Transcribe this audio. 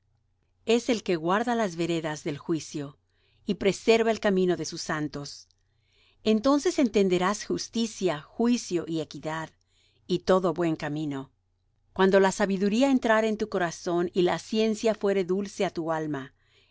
es el que guarda las veredas del juicio y preserva el camino de sus santos entonces entenderás justicia juicio y equidad y todo buen camino cuando la sabiduría entrare en tu corazón y la ciencia fuere dulce á tu alma